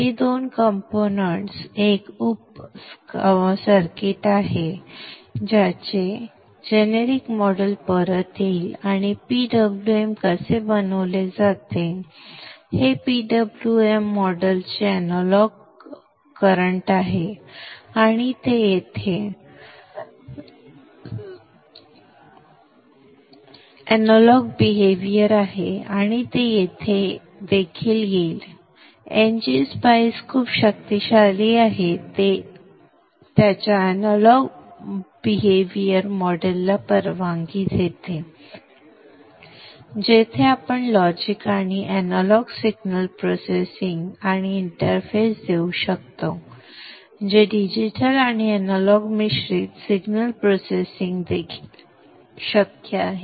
हे दोन कंपोनेंट्स एक उप सर्किट आहे याचे जेनेरिक मॉडेल परत येईल आणि PWM कसे बनवले जाते हे PWM मॉडेलचे अॅनालॉग वर्तन आहे आणि ते येथे देखील येईल ngSpice खूप शक्तिशाली आहे ते त्याच्या अॅनालॉग वर्तन मॉडेलला परवानगी देते जेथे आपण लॉजिक आणि अॅनालॉग सिग्नल प्रोसेसिंग आणि इंटरफेस देऊ शकते जे डिजिटल आणि अॅनालॉग मिश्रित सिग्नल प्रोसेसिंग संदर्भ वेळ 1159 देखील शक्य आहे